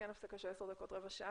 הפסקה של עשר דקות, רבע שעה,